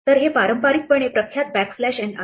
तर हे पारंपारिकपणे प्रख्यात बॅकस्लॅश एन आहे